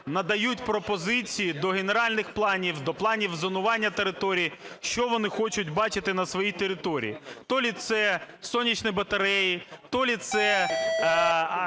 надають пропозиції до генеральних планів, до планів зонування територій, що вони хочуть бачити на своїй території: або це сонячні батареї, або це